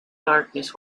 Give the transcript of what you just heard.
darkness